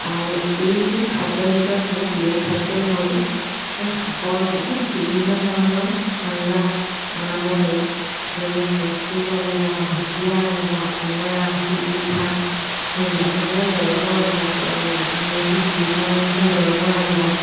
আও এইবোৰ খাদ্যৰ ভিতৰত মোৰ প্ৰিয় খাদ্য হ'ল এই শাকৰ বহুত বিভিন্ন ধৰণৰ আঞ্জা বনাব পাৰি যেনে কচু আঞ্জা ঢেকীয়া আঞ্জা অমৰা শিলিখা সেইবিলাক সেইবোৰ হ'ল দৰব আঞ্জা আমলখি শিলিখাও এইবোৰ হ'ল দৰবৰ আঞ্জা